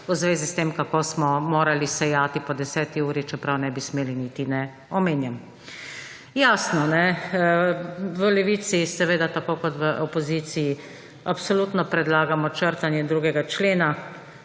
v zvezi s tem, kako smo morali sejati po 10. uri, čeprav ne bi smeli, niti ne omenjam. Jasno, v Levici, seveda tako, kot v opoziciji, absolutno predlagamo črtanje drugega člena